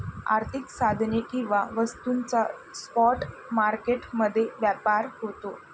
आर्थिक साधने किंवा वस्तूंचा स्पॉट मार्केट मध्ये व्यापार होतो